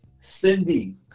Cindy